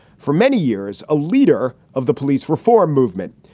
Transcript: for many years a leader of the police reform movement.